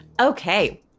Okay